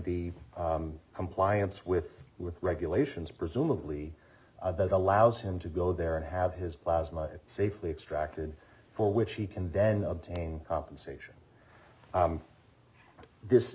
the compliance with regulations presumably that allows him to go there and have his plasma safely extracted for which he can then obtain compensation this